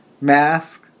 mask